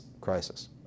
crisis